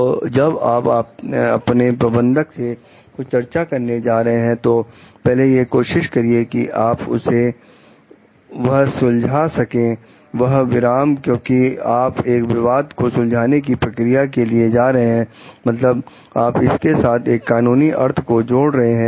तो जब आप अपने प्रबंधक से कुछ चर्चा करने जा रहे हैं तो पहले यह कोशिश करिए कि आप उसे वहां सुलझा सके उन विराम क्योंकि आप एक विवाद को सुलझाने की प्रक्रिया के लिए जा रहे हैं मतलब आप इसके साथ एक कानूनी अर्थ को जोड़ रहे हैं